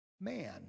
man